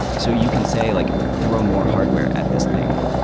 so you can say like throw more hardware at this thing.